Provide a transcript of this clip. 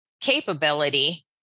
capability